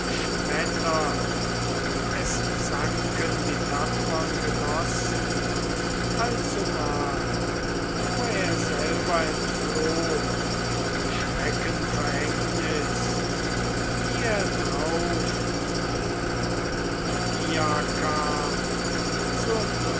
es sanken die tapfern genossen allzumal nur er selber entfloh dem schreckenverhängnis wie er drauf gen ogygia kam zur